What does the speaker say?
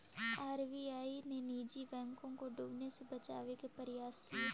RBI ने निजी बैंकों को डूबने से बचावे के प्रयास किए